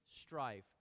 strife